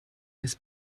this